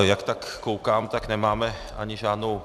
Jak tak koukám, nemáme ani žádnou...